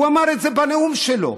הוא אמר את זה בנאום שלו.